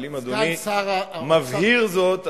אבל אם אדוני מבהיר זאת,